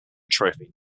trophy